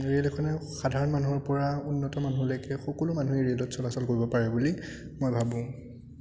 rail এখনে সাধাৰণ মানুহৰ পৰা উন্নত মানুহলৈকে সকলো মানুহে ৰে'লত চলাচল কৰিব পাৰে বুলি মই ভাবোঁ